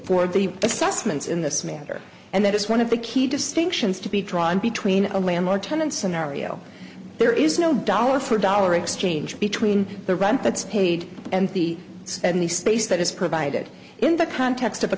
assessments in this matter and that is one of the key distinctions to be drawn between a landlord tenant scenario there is no dollar for dollar exchange between the rent that's paid and the and the space that is provided in the context of a